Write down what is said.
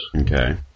Okay